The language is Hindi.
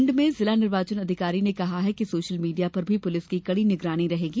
भिंड में जिला निर्वाचन अधिकारी ने कहा है कि सोशल मीडिया पर भी पुलिस की कड़ी निगरानी रहेगी